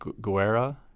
Guerra